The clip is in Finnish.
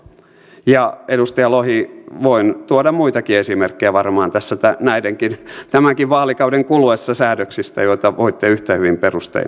ja edustaja lohi voin tuoda muitakin esimerkkejä varmaan tässä tämänkin vaalikauden kuluessa säädöksistä joita voitte yhtä hyvin perustein vastustaa